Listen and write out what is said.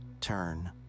turn